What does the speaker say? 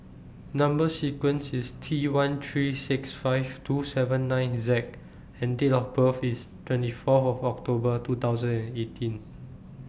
Number sequence IS T one three six five two seven nine Z and Date of birth IS twenty Fourth of October two thousand and eighteen